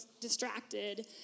distracted